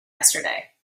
yesterday